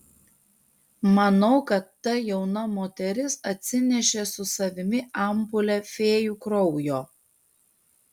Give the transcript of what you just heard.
manau kad ta jauna moteris atsinešė su savimi ampulę fėjų kraujo